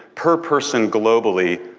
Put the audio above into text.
per person globally,